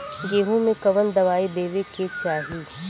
गेहूँ मे कवन दवाई देवे के चाही?